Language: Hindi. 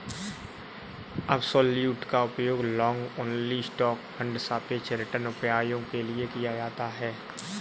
अब्सोल्युट का उपयोग लॉन्ग ओनली स्टॉक फंड सापेक्ष रिटर्न उपायों के लिए किया जाता है